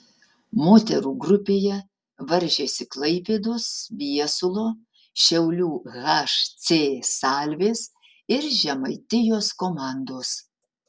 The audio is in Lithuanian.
moterų grupėje varžėsi klaipėdos viesulo šiaulių hc salvės ir žemaitijos komandos